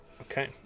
Okay